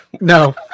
No